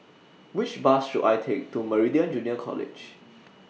Which Bus should I Take to Meridian Junior College